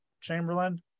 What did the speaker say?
Chamberlain